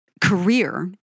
career